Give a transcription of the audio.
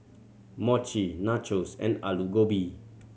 Mochi Nachos and Alu Gobi